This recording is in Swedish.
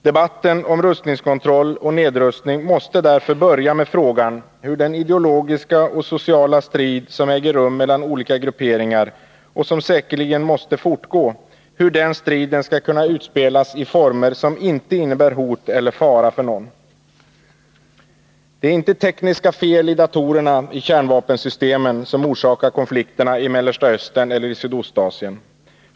Debatten om rustningskontroll och nedrustning måste därför börja med frågan hur den ideologiska och sociala strid som äger rum mellan olika grupperingar och som säkerligen måste fortgå skall kunna äga rum i former som inte innebär hot eller fara för någon. Det är inte tekniska fel på kärnvapensystemens datorer som orsakar konflikterna i Mellersta Östern eller i Sydostasien.